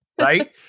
Right